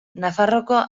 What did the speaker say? nafarroako